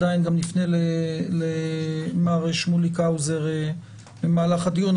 עדיין גם נפנה למר שמוליק האוזר במהלך הדיון.